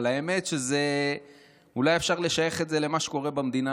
אבל האמת היא שאולי אפשר לשייך את זה למה שקורה במדינה,